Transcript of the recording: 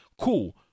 Cool